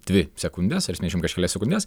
dvi sekundes ar septyniasdešimt kažkelias sekundes